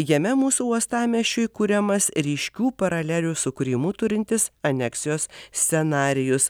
jame mūsų uostamiesčiui kuriamas ryškių paralelių su krymu turintis aneksijos scenarijus